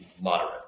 moderate